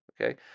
Okay